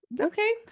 Okay